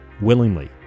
willingly